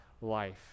life